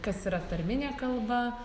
kas yra tarminė kalba